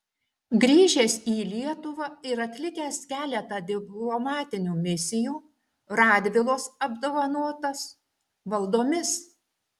grįžęs į lietuvą ir atlikęs keletą diplomatinių misijų radvilos apdovanotas valdomis